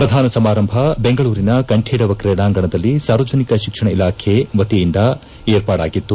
ಪ್ರಧಾನ ಸಮಾರಂಭ ಬೆಂಗಳೂರಿನ ಕಂಠೀರವ ಕ್ರೀಡಾಂಗಣದಲ್ಲಿ ಸಾರ್ವಜನಿಕ ಶಿಕ್ಷಣ ಇಲಾಖೆ ವತಿಯಿಂದ ಏರ್ಪಾಡಾಗಿತ್ತು